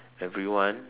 everyone